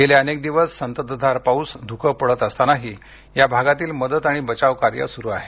गेले अनेक दिवस संततधार पाऊस धुकं पडत असतानाही या भागातील मदत आणि बचावकार्य अद्यापही सुरू आहे